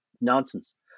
nonsense